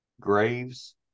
graves